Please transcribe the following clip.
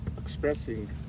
expressing